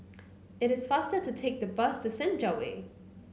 it is faster to take the bus to Senja Way